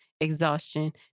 exhaustion